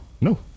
No